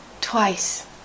twice